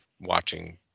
watching